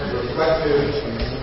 reflective